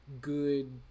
good